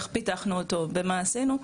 איך פיתחנו אותו ומה עשינו,